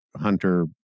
hunter